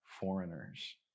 foreigners